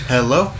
Hello